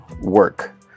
work